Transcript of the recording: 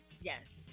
Yes